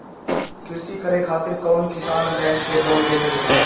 कृषी करे खातिर कउन किसान बैंक से लोन ले सकेला?